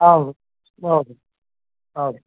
ಹೌದು ಹೌದು ಹೌದು